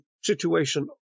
situation